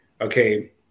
okay